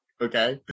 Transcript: okay